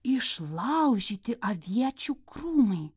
išlaužyti aviečių krūmai